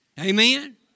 Amen